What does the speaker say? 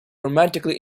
romantically